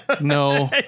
no